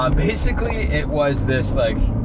um basically it was this like,